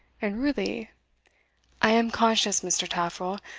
and really i am conscious, mr. taffril,